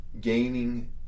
gaining